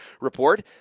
report